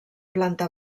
planta